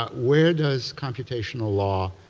ah where does computeddational law